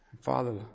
father